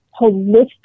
holistic